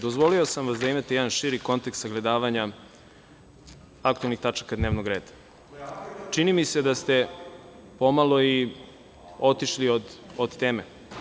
Dozvolio sam vas da imate jedan širi kontekst sagledavanja aktuelnih tačaka dnevnog reda. čini mi se da ste pomalo i otišli od teme.